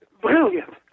brilliant